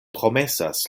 promesas